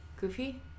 Goofy